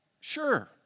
Sure